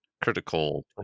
Critical